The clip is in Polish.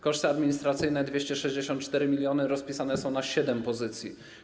Koszty administracyjne - 264 mln - rozpisane są na siedem pozycji.